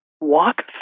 walk